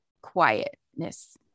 quietness